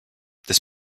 this